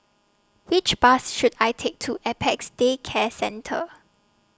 Which Bus should I Take to Apex Day Care Centre